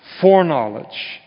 foreknowledge